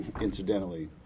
incidentally